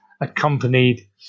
accompanied